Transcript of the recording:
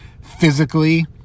physically